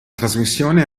trasmissione